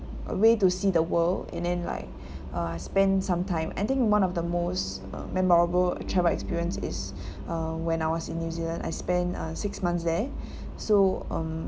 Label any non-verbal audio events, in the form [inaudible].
a way to see the world and then like [breath] uh spend some time ending with one of the uh most memorable travel experience is [breath] uh when I was in new zealand I spend uh six months there [breath] so um